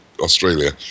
Australia